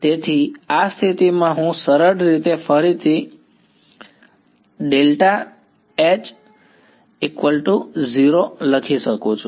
તેથી અહીં આ સ્થિતિ હું સરળ રીતે ફરીથી લખી શકું છું